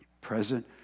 present